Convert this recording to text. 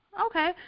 Okay